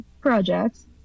projects